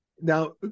now